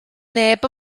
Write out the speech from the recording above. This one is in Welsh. neb